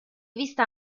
vista